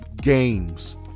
games